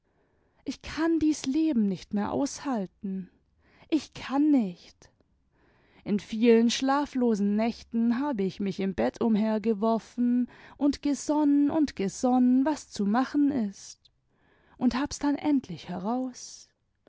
ich kann dies leben nicht mehr aushalten ich kann nicht i in vielen schlaflosen nächten habe ich mich im bett umhergeworfen und gesonnen und gesonnen was zu machen ist und hab's dann endlich heraus